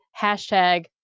hashtag